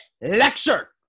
lecture